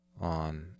on